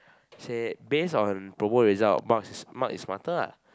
say based on promo result Mark is Mark is smarter ah